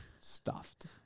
Stuffed